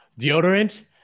deodorant